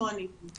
וחקיקה.